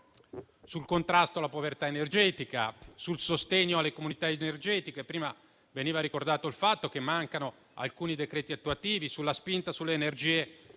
al contrasto alla povertà energetica e al sostegno alle comunità energetiche, prima veniva ricordato il fatto che mancano alcuni decreti attuativi per la spinta sulle energie rinnovabili.